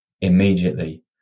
immediately